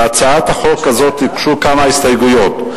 להצעת החוק הזאת הוגשו כמה הסתייגויות.